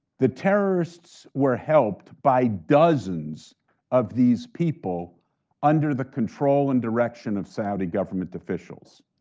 the terrorists were helped by dozens of these people under the control and direction of saudi government officials.